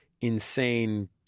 insane